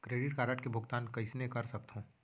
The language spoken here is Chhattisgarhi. क्रेडिट कारड के भुगतान कईसने कर सकथो?